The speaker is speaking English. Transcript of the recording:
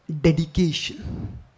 dedication